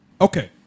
Okay